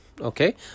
okay